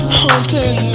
haunting